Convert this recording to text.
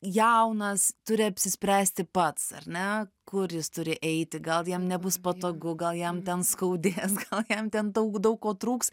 jaunas turi apsispręsti pats ar ne kur jis turi eiti gal jam nebus patogu gal jam ten skaudės gal jam ten daug daug ko trūks